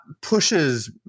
pushes